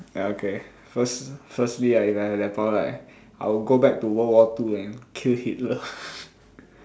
ya okay first firstly I if I have that power right I will go back to world war two and kill Hitler